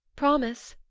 promise!